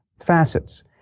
facets